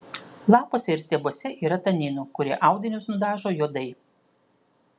lapuose ir stiebuose yra taninų kurie audinius nudažo juodai